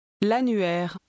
l'annuaire